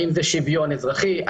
האם זה שוויון אזרחי,